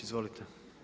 Izvolite.